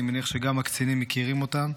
אני מניח שגם הקצינים מכירים אותם.